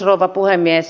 rouva puhemies